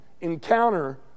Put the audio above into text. Encounter